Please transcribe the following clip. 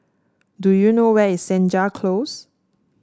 do you know where is Senja Close